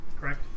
correct